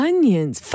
Onions